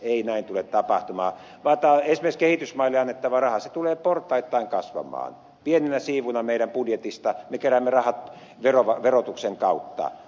ei näin tule tapahtumaan vaan esimerkiksi kehitysmaille annettava raha tulee portaittain kasvamaan pieninä siivuina meidän budjetista kerään rahat tilava verotuksen kautta